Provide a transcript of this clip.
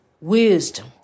wisdom